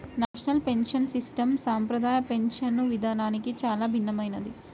national pension system సంప్రదాయ పింఛను విధానానికి చాలా భిన్నమైనది